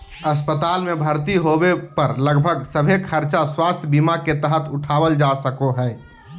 अस्पताल मे भर्ती होबे पर लगभग सभे खर्च स्वास्थ्य बीमा के तहत उठावल जा सको हय